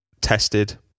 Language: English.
tested